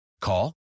Call